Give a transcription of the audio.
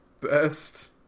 Best